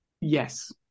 Yes